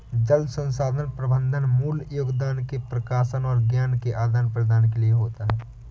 जल संसाधन प्रबंधन मूल योगदान के प्रकाशन और ज्ञान के आदान प्रदान के लिए होता है